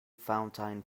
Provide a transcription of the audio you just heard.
fountain